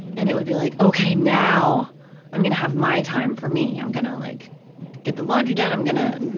and it would be like, okay, now i'm going to have my time for me, i'm going to like get the laundry done, i'm going to,